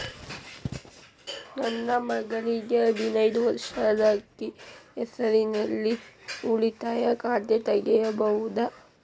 ನನ್ನ ಮಗಳಿಗೆ ಹದಿನೈದು ವರ್ಷ ಅದ ಅಕ್ಕಿ ಹೆಸರಲ್ಲೇ ಉಳಿತಾಯ ಖಾತೆ ತೆಗೆಯಬಹುದಾ?